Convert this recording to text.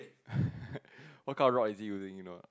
what colour rod is he using you know ah